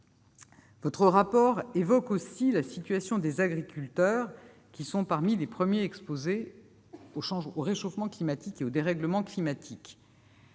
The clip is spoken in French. Votre rapport évoque aussi la situation des agriculteurs, qui sont parmi les premiers exposés au réchauffement et au dérèglement climatiques.